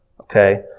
Okay